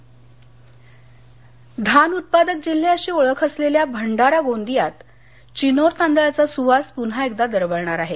चिनोर लागवड धान उत्पादक जिल्हे अशी ओळख असलेल्या भंडारा गोंदियात चिनोर तांदळाचा सुवास पुन्हा एकदा दरवळणार आहे